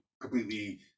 completely